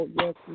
yes